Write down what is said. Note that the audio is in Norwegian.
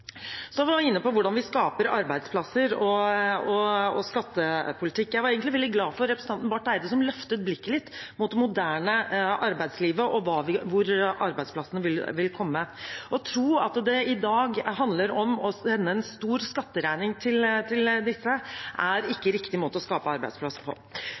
var også inne på hvordan vi skaper arbeidsplasser, og på skattepolitikk. Jeg var egentlig veldig glad for at representanten Barth Eide løftet blikket litt, mot det moderne arbeidslivet og hvor arbeidsplassene vil komme. Å tro at det i dag handler om å sende en stor skatteregning til disse, er ikke riktig måte å skape arbeidsplasser på.